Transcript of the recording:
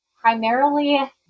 Primarily